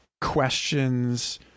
questions